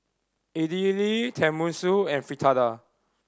Idili Tenmusu and Fritada